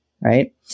right